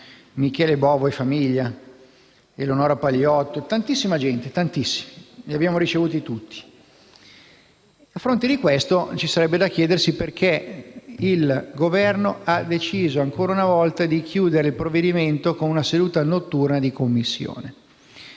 Michele Bovo e famiglia? Eleonora Pilotto? Tantissima gente, davvero tantissima: li abbiamo ricevuti tutti. A fronte di questo, ci sarebbe da chiedersi perché il Governo ha deciso, ancora una volta, di chiudere il provvedimento con una seduta notturna di Commissione.